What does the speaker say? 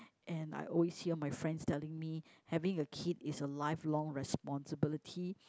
and I always hear my friends telling me having a kid is a lifelong responsibility